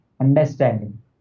understanding